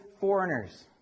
foreigners